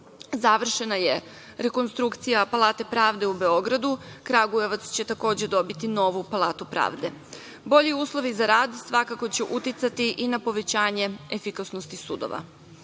Završena je rekonstrukcija Palate pravde u Beogradu, Kragujevac će takođe dobiti novu Palatu pravde. Bolji uslovi za rad svakako će uticati i na povećanje efikasnosti sudova.